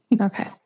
Okay